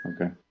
Okay